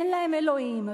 אין להם אלוהים.